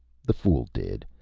the fool did,